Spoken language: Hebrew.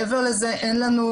מעבר לזה אין לנו